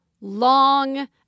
long